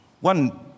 one